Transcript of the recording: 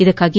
ಇದಕ್ಕಾಗಿ